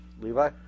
Levi